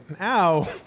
Ow